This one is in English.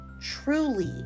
truly